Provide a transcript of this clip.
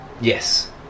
Yes